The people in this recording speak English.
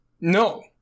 No